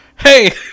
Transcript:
Hey